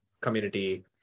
community